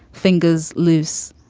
fingers loose.